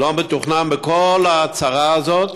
זה לא מתוכנן בכל ההצערה הזאת,